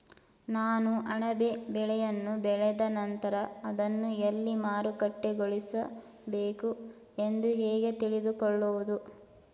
ನಾನು ಅಣಬೆ ಬೆಳೆಯನ್ನು ಬೆಳೆದ ನಂತರ ಅದನ್ನು ಎಲ್ಲಿ ಮಾರುಕಟ್ಟೆಗೊಳಿಸಬೇಕು ಎಂದು ಹೇಗೆ ತಿಳಿದುಕೊಳ್ಳುವುದು?